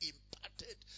Imparted